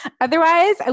Otherwise